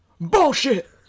Bullshit